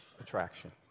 attraction